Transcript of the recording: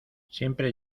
siempre